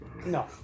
No